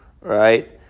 right